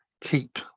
keep